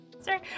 Sorry